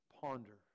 ponder